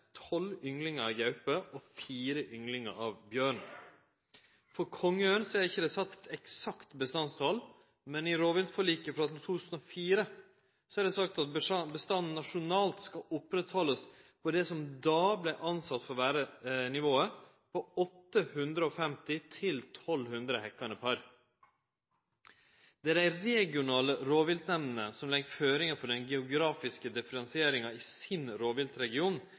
ynglingar av gaupe og 4 ynglingar av bjørn. For kongeørn er det ikkje sett eit eksakt bestandstal, men i rovviltforliket frå 2004 er det sagt at bestanden nasjonalt skal oppretthaldast på det som då vart vurdert å vere dagens nivå, på 850–1 200 hekkande par. Det er dei regionale rovviltnemndene som legg føringar for den geografiske differensieringa i sin